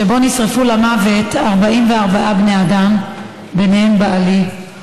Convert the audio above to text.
שבו נשרפו למוות 44 בני אדם, בהם בעלי.